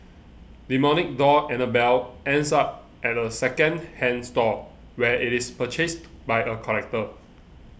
demonic doll Annabelle ends up at a second hand store where it is purchased by a collector